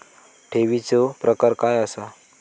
ठेवीचो प्रकार काय असा?